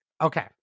Okay